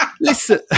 Listen